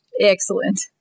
Excellent